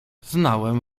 znałem